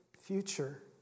future